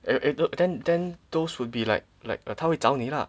and then then those would be like like 他会找你 lah